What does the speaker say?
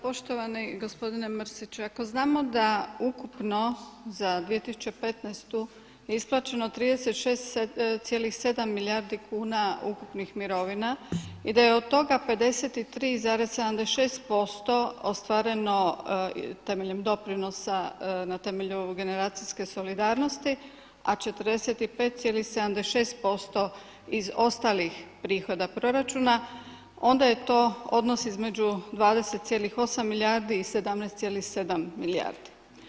Poštovani gospodine Mrsiću, ako znamo da ukupno za 2015. godinu je isplaćeno 36,7 milijardi kuna ukupnih mirovina i da je od toga 53,76 posto ostvareno temeljem doprinosa na temelju generacijske solidarnosti, a 45,76 posto iz ostalih prihoda proračuna, onda je to odnos između 20,8 milijardi i 17,7 milijardi.